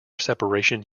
separation